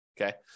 okay